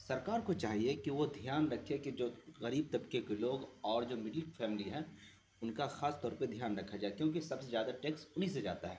سرکار کو چاہیے کہ وہ دھیان رکھے کہ جو غریب طبقے کے لوگ اور جو مڈل فیملی ہے ان کا خاص طور پہ دھیان رکھا جائے کیونکہ سب سے زیادہ ٹیکس انہیں سے جاتا ہے